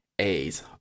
A's